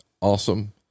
awesome